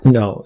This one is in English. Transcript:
no